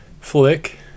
flick